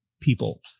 people